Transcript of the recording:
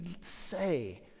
say